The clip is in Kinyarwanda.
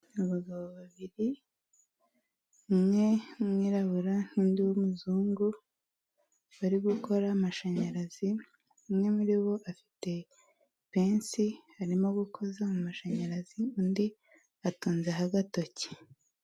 Abagabo babiri umwe w'umwirabura n'undi w'umuzungu, bari gukora amashanyarazi, umwe muri bo afite pensi arimo gukoza mu mashanyarazi, undi atunze ho agatoki.